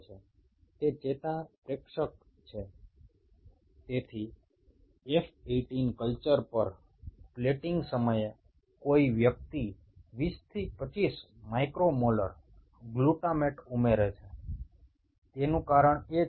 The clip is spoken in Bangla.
তাহলে F18 কালচারে কোষগুলোকে প্লেট করার সময় অতি সামান্য পরিমাণে প্রায় কুড়ি থেকে পঁচিশ মাইক্রোমোলার গ্লুটামেট যোগ করা হয়